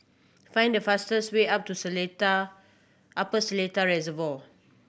find the fastest way up to Seletar Upper Seletar Reservoir